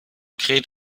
kräht